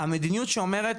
המדיניות שאומרת,